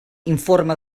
informe